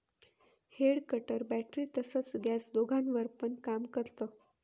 head cutter battery तसच gas दोघांवर पण काम करत